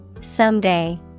Someday